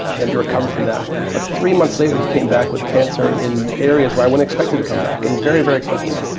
and he recovered from that. but three months later he came back with cancer in areas where i wouldn't expect it to come back, and very, very quickly.